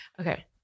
Okay